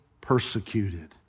persecuted